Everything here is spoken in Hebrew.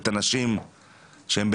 את הנשים בהריון,